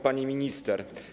Pani Minister!